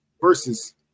versus